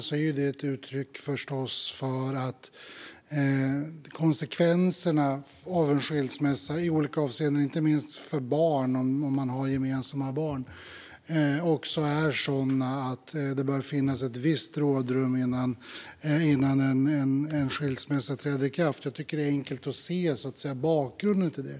De är förstås ett uttryck för att konsekvenserna av en skilsmässa - i olika avseenden, inte minst för barn om det finns gemensamma barn - är sådana att det bör finnas ett visst rådrum innan en skilsmässa träder i kraft. Jag tycker att det är enkelt att se bakgrunden till detta.